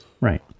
Right